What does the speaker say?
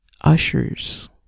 ushers